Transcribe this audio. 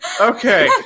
Okay